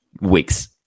weeks